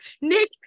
Nick